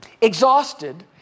exhausted